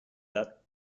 that